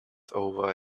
over